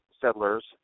settlers